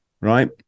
right